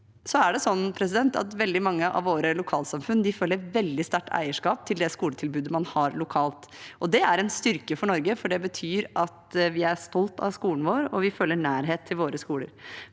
veldig mange av våre lokalsamfunn føler veldig sterkt eierskap til det skoletilbudet man har lokalt. Det er en styrke for Norge, for det betyr at vi er stolt av skolen vår og føler nærhet til våre skoler.